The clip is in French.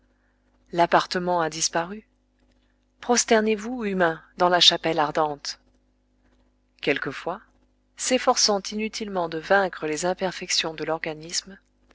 l'appartement a disparu prosternez vous humains dans la chapelle ardente quelquefois s'efforçant inutilement de vaincre les imperfections de l'organisme